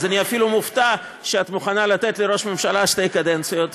אז אני אפילו מופתע שאת מוכנה לתת לראש הממשלה שתי קדנציות.